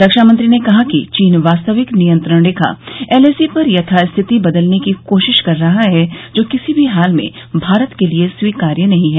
रक्षामंत्री ने कहा कि चीन वास्तविक नियंत्रण रेखा एलएसी पर यथास्थिति बदलने की कोशिश कर रहा है जो किसी भी हाल में भारत के लिए स्वीकार्य नहीं है